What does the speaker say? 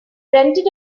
rented